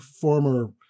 former